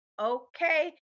Okay